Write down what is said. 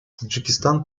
таджикистан